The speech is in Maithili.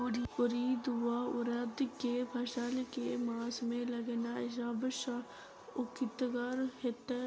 उड़ीद वा उड़द केँ फसल केँ मास मे लगेनाय सब सऽ उकीतगर हेतै?